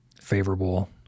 favorable